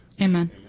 Amen